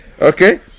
Okay